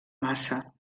massa